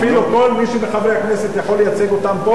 אפילו כל מי שמחברי הכנסת יכול לייצג אותם פה,